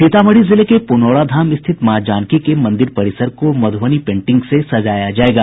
सीतामढ़ी जिले के पूनौरा धाम स्थित माँ जानकी के मंदिर परिसर को मधूबनी पेंटिंग से सजाया जायेगा